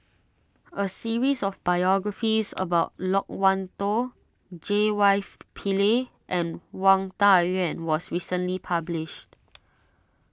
a series of biographies about Loke Wan Tho J Y Pillay and Wang Dayuan was recently published